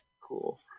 cool